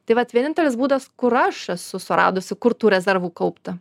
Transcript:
tai vat vienintelis būdas kur aš esu suradusi kur tų rezervų kaupti